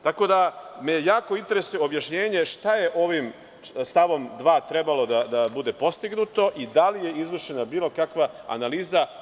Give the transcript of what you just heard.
Tako da me interesuje objašnjenje šta je ovim stavom trebalo da bude postignuto i da li je izvršena bilo kakva analiza?